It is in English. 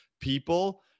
people